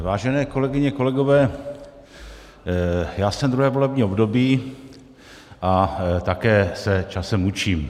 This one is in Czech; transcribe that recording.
Vážené kolegyně, kolegové, já jsem tu druhé volební období a také se časem učím.